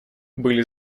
были